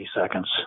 seconds